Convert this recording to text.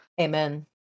amen